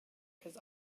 has